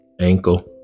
ankle